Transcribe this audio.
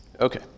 Okay